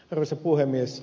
arvoisa puhemies